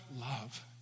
love